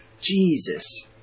Jesus